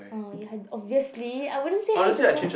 oh ya obviously I wouldn't say hi to some